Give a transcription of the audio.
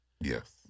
Yes